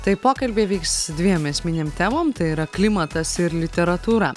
tai pokalbiai vyks dviem esminėm temom tai yra klimatas ir literatūra